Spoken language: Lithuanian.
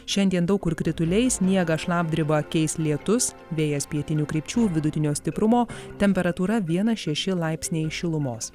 šiandien daug kur krituliai sniegą šlapdribą keis lietus vėjas pietinių krypčių vidutinio stiprumo temperatūra vienas šeši laipsniai šilumos